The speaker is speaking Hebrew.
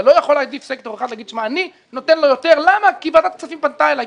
אתה לא יכול לומר שלסקטור אחד אתה נותן יותר כי ועדת הכספים פנתה אליך,